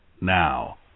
now